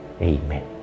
Amen